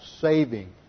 saving